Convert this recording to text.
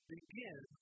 Begin